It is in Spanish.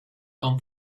con